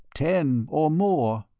ten, or more.